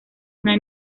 una